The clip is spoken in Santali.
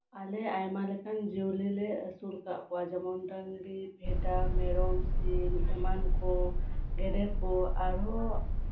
ᱟᱞᱮ ᱟᱭᱢᱟ ᱞᱮᱠᱟᱱ ᱡᱤᱭᱟᱹᱞᱤᱞᱮ ᱟᱹᱥᱩᱞ ᱠᱟᱜ ᱠᱚᱣᱟ ᱡᱮᱢᱚᱱ ᱰᱟᱝᱨᱤ ᱵᱷᱮᱰᱟ ᱢᱮᱨᱚᱢ ᱥᱤᱢ ᱮᱢᱟᱱᱠᱚ ᱜᱮᱰᱮ ᱠᱚ ᱟᱨᱦᱚᱸ